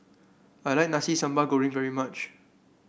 I like Nasi Sambal Goreng very much